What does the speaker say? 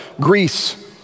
Greece